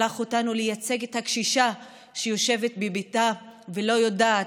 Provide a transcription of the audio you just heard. שלח אותנו לייצג את הקשישה שיושבת בביתה ולא יודעת,